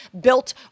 built